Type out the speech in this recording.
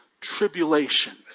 tribulation